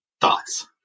thoughts